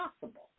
possible